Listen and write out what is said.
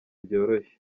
byoroshye